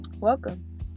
welcome